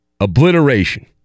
obliteration